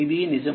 ఇది నిజం